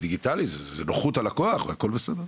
זה דיגיטלי ונוחות הלקוח והכל בסדר,